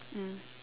mm